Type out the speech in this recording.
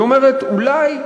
היא אומרת: אולי,